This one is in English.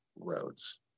roads